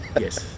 yes